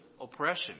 oppression